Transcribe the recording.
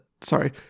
sorry